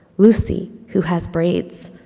lucy, who has braids,